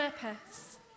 purpose